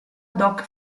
doc